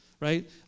right